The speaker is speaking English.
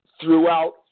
throughout